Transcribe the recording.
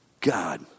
God